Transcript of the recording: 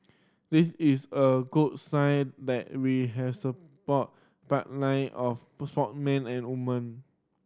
this is a good sign that we has a pipeline of and woman